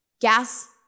gas